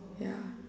ya